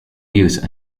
use